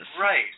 Right